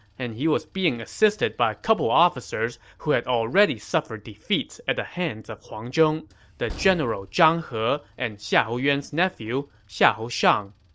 and he was being assisted by a couple officers who had already suffered defeats at the hands of huang zhong the general zhang he and xiahou yuan's nephew, xiahou shang